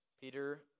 Peter